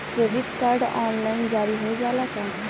Credit card online जारी हो जाला का?